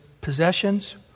possessions